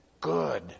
good